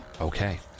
Okay